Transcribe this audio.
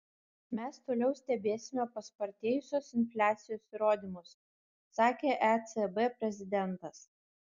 mes toliau stebėsime paspartėjusios infliacijos įrodymus sakė ecb prezidentas